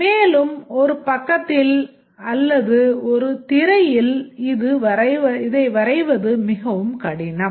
மேலும் ஒரு பக்கத்தில் அல்லது ஒரு திரையில் இதை வரைவது மிகவும் கடினம்